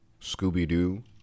scooby-doo